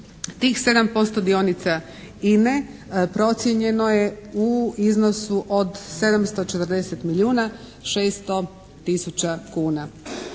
Tih 7% dionica INA-e procijenjeno je u iznosu od 740 milijuna, 600 tisuća kuna.